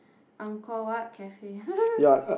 Angkor-Wat cafe